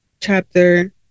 chapter